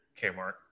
Kmart